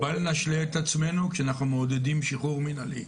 בל נשלה את עצמנו כשאנחנו מעודדים שחרור מנהלי.